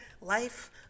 life